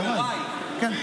יוראי, כן.